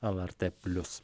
lrt plius